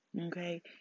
Okay